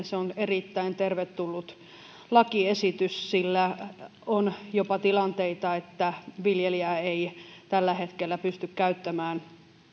se on erittäin tervetullut lakiesitys sillä on jopa tilanteita että viljelijä ei tällä hetkellä pysty käyttämään